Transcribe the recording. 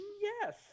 yes